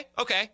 okay